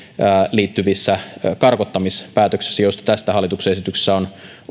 liittyvissä karkottamispäätöksissä joista tässä hallituksen esityksessä on